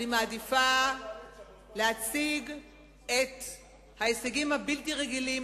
אני מעדיפה להציג את ההישגים הבלתי-רגילים,